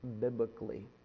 biblically